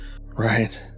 Right